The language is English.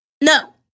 No